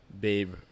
Babe